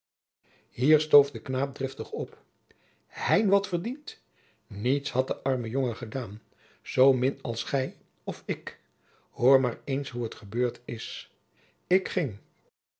hier stoof de knaap driftig op hein wat verdiend niets had de arme jongen gedaan zoo min als gij of ik hoor maar eens hoe het gebeurd is ik ging